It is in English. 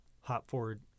hop-forward